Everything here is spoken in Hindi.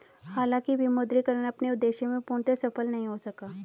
हालांकि विमुद्रीकरण अपने उद्देश्य में पूर्णतः सफल नहीं हो सका